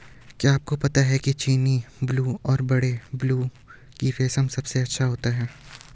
क्या आपको पता है चीनी, बूलू और बड़े पिल्लू का रेशम सबसे अच्छा होता है?